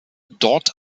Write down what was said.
dort